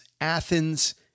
Athens